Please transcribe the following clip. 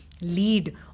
lead